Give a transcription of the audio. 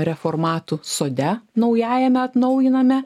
reformatų sode naujajame atnaujiname